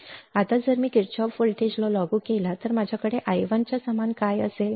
आता जर मी किर्चॉफचा व्होल्टेज कायदा लागू केला तर माझ्याकडे i1 च्या समान काय असेल